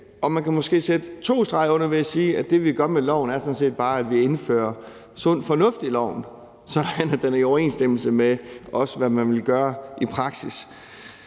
Man kan måske også sætte to streger under det ved at sige, at det, vi gør med loven, bare er, at vi indfører sund fornuft i den, sådan at den også er i overensstemmelse med, hvad man ville gøre i praksis.